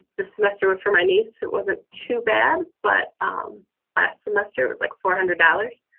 the semester were for my niece. it wasn't too bad but um last semester, it was like four hundred dollars.